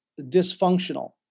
dysfunctional